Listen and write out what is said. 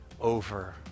over